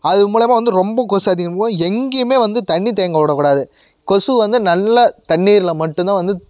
அது மூலிமா வந்து ரொம்ப கொசு அதிகமாவும் எங்கேயுமே வந்து தண்ணி தேங்க விடக்கூடாது கொசு வந்து நல்ல தண்ணீரில் மட்டும்தான் வந்து